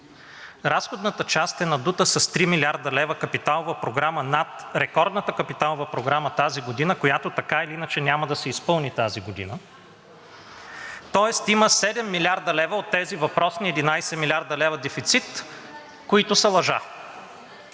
разходната част е надута с 3 млрд. лв. капиталова програма над рекордната капиталова програма тази година, която така или иначе няма да се изпълни тази година, тоест има 7 млрд. лв. от тези въпросни 11 млрд. лв. дефицит, които са лъжа.